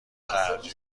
خرجی